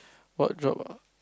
what job ah